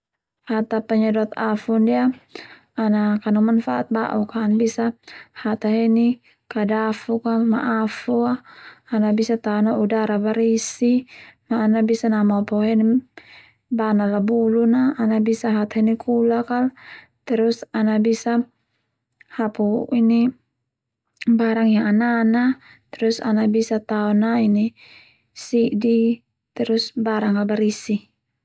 Hata penyedot afu ndia ana kanu manfaat ba'uk a ana bisa hata heni kadafuk a ma afu a, ana bisa tao na udara barisi ma ana bisa namopo heni bana la bulun a ana bisa hata heni kulak al terus ana bisa hapu barang yang anana terus ana bisa t ao na si'di terus barang al barisi.